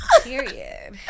Period